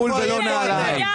לא כפול ולא נעליים.